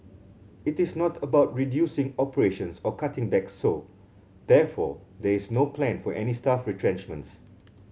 it is not about reducing operations or cutting back so therefore there is no plan for any staff retrenchments